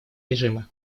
режима